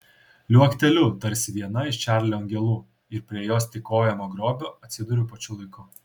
liuokteliu tarsi viena iš čarlio angelų ir prie jos tykojamo grobio atsiduriu pačiu laiku